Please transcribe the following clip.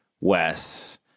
Wes